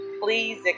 Please